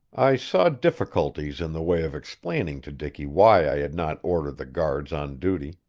i saw difficulties in the way of explaining to dicky why i had not ordered the guards on duty.